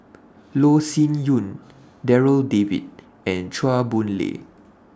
Loh Sin Yun Darryl David and Chua Boon Lay